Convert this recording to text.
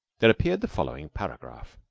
there appeared the following paragraph